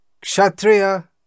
Kshatriya